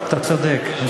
אתה צודק.